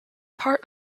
part